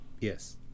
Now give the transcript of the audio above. Yes